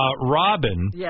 Robin